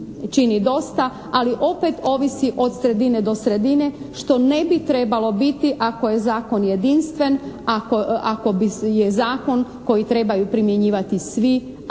čini dosta, ali opet ovisi od sredine do sredine što ne bi trebalo biti ako je zakon jedinstven, ako je zakon koji trebaju primjenjivati svi,